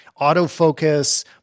autofocus